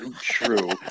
true